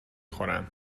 خورم